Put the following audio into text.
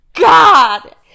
god